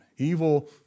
Evil